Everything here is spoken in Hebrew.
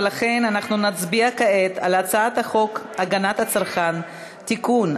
אנחנו נצביע כעת על הצעת חוק הגנת הצרכן (תיקון,